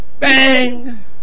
Bang